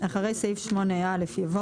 (1)אחרי סעיף 8 יבוא: